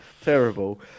terrible